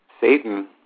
Satan